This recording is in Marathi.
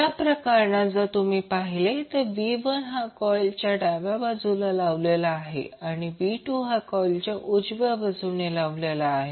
या प्रकरणात जर तुम्ही पाहिले तर v1 हा कॉइलच्या डाव्या बाजूला लावलेला आहे आणि v2 हा कॉइलच्या उजव्या बाजूला लावलेला आहे